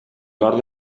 nord